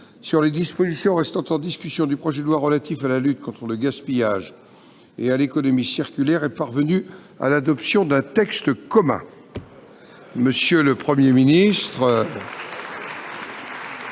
sur les dispositions restant en discussion du projet de loi relatif à la lutte contre le gaspillage et à l'économie circulaire est parvenue à l'adoption d'un texte commun. Monsieur le Premier ministre,